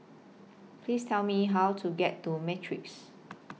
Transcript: Please Tell Me How to get to Matrix